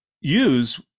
use